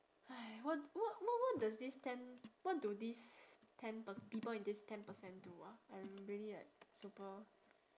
!hais! what what what does this ten what do this ten per~ people in this ten percent do ah I'm really like super